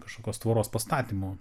kažkokios tvoros pastatymu